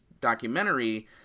documentary